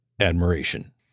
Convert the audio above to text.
admiration